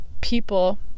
people